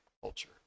Culture